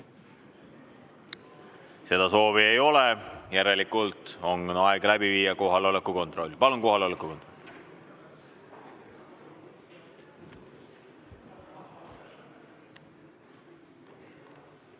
Seda soovi ei ole, järelikult on meil aeg läbi viia kohaloleku kontroll. Palun kohaloleku kontroll!